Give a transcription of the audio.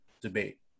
debate